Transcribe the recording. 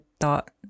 thought